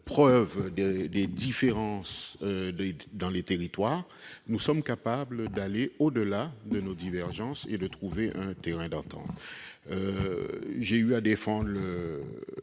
peuvent exister entre nos territoires, nous sommes capables d'aller au-delà de nos divergences et de trouver un terrain d'entente. J'ai eu à défendre